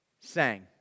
sang